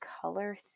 color